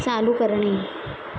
चालू करणे